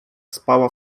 spała